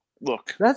Look